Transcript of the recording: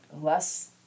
less